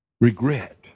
regret